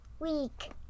Week